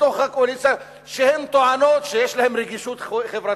בתוך הקואליציה שטוענות שיש להן רגישות חברתית,